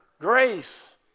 grace